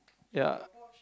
ya